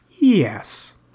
Yes